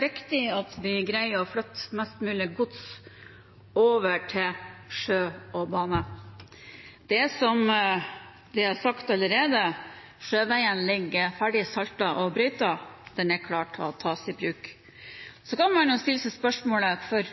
viktig at vi greier å flytte mest mulig gods over til sjø og bane. Det er som det er sagt allerede: Sjøveien ligger ferdig saltet og brøytet, den er klar til å tas i bruk. Så kan man stille seg spørsmålet: Hvorfor